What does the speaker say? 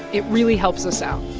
it really helps us out